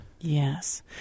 Yes